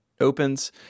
opens